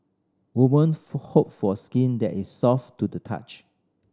woman hope for skin that is soft to the touch